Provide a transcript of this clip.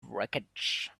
wreckage